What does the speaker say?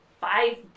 five